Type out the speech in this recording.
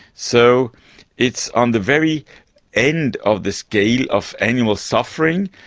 so it's on the very end of the scale of animal suffering,